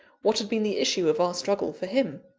what had been the issue of our struggle, for him.